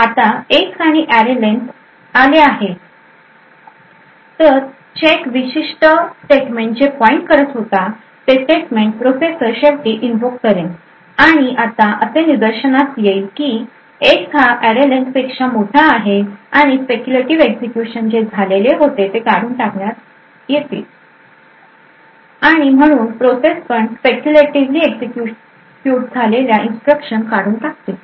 आता X आणि array len आले आहे आहेत चेक विशिष्ट स्टेटमेंट जे पॉईंट करत होता ते स्टेटमेंट प्रोसेसर शेवटी इनव्होक करेन आणि आता असे निदर्शनात येईल की X हा array len पेक्षा मोठा आहे आणि स्पेक्यूलेटीव्ह एक्झिक्युशन जे झालेले होते ते काढून टाकण्यात येतील आणि म्हणून प्रोसेस पण स्पेक्यूलेटीव्हली एक्झिक्युट झालेल्या इन्स्ट्रक्शन काढून टाकतील